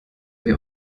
wir